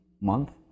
month